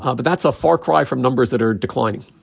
ah but that's a far cry from numbers that are declining